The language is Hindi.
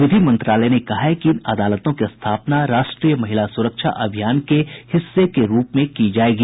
विधि मंत्रालय ने कहा है कि इन अदालतों की स्थापना राष्ट्रीय महिला सुरक्षा अभियान के हिस्से के रूप में की जायेगी